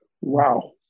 Wow